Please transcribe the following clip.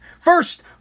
first